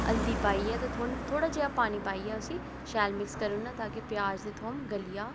हल्दी पाइयै ते थोह्ड़ा जेहा पानी पाइयै उसी शैल मिक्स करी ओड़ना तां जे प्याज ते थूम गली जा